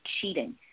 cheating